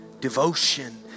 Devotion